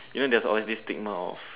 you know there's always this stigma of